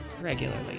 Regularly